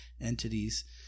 entities